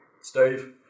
Steve